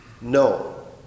No